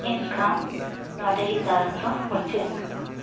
ᱮᱱᱠᱷᱟᱱ ᱱᱚᱰᱮᱜᱮ ᱫᱟᱬᱟᱱ ᱫᱚ ᱢᱩᱪᱟᱹᱫ ᱮᱱᱟ